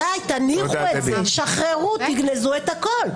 די, תניחו את זה, תשחררו, תגנזו את הכול.